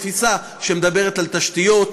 תפיסה שמדברת על תשתיות,